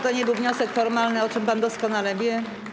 To nie był wniosek formalny, o czym pan doskonale wie.